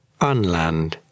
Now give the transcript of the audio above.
Unland